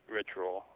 Ritual